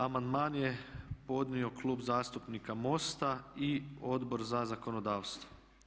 Amandman je podnio Klub zastupnika MOST-a i Odbor za zakonodavstvo.